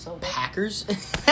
Packers